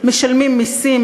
משלמים מסים,